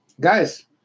guys